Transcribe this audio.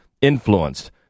influenced